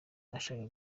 ashaka